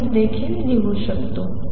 म्हणून देखील लिहू शकतो